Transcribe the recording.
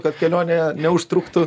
kad kelionė neužtruktų